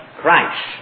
Christ